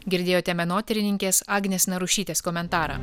girdėjote menotyrininkės agnės narušytės komentarą